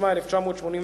התשמ"א 1981,